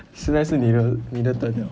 现在是你的你的 turn 了